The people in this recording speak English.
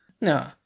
No